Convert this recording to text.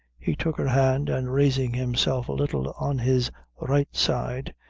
he took her hand, and raising himself a little on his right side,